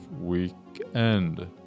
weekend